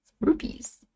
Rupees